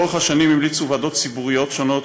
לאורך השנים המליצו ועדות ציבוריות שונות,